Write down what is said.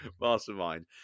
Mastermind